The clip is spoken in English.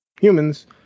humans